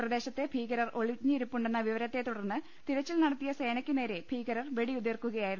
പ്രദേശത്ത് ഭീകരർ ഒളിച്ചിരിപ്പുണ്ടെന്ന വിവര്ത്തെ തുടർന്ന് തിരച്ചിൽ നടത്തിയ സേനയ്ക്ക് നേരെ ഭീകർ വെടിയുതിർക്കുക യായിരുന്നു